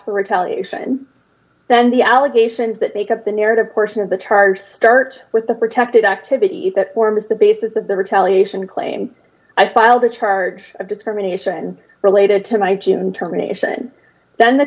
for retaliation then the allegations that make up the narrative portion of the charge start with the protected activity that forms the basis of the retaliation claim i filed a charge of discrimination related to my team terminations and the